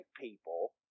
people